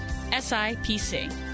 SIPC